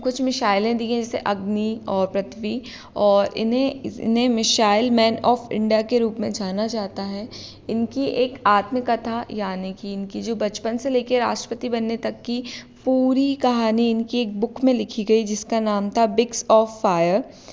कुछ मिसाईलें दी हैं जैसे अग्नि और पृथ्वी और इन्हें मिशाईल मैन ऑफ़ इंडिया के रूप में जाना जाता है इनकी एक आत्मकथा यानी कि इनकी जो बचपन से लेकर राष्ट्रपति बनने तक की पूरी कहानी इनकी एक बुक में लिखी गई जिसका नाम था बिक्स ऑफ़ फायर